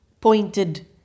pointed